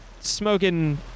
smoking